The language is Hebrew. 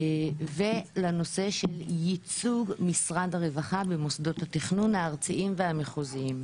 ולנושא של ייצוג של משרד הרווחה במוסדות התכנון הארציים והמחוזיים.